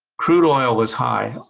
crude oil was high.